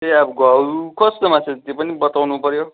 ए अब घाउ कस्तोमा छ त्यो पनि बताउनु पर्यो